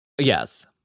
Yes